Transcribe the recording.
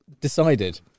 decided